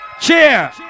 cheer